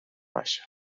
baixa